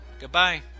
Goodbye